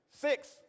Six